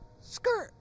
skirt